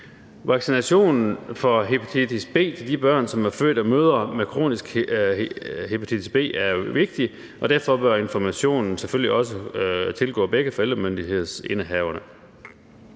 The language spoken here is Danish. Vaccination mod hepatitis B af de børn, som er født af mødre med kronisk hepatitis B, er jo vigtigt, og derfor bør informationen selvfølgelig også tilgå begge forældremyndighedsindehaverne.